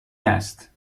است